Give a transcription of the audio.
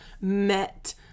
met